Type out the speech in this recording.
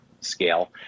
scale